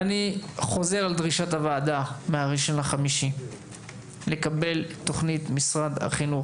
אני חוזר על דרישת הוועדה מה-1.5 לקבל את תכנית משרד החינוך